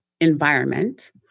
environment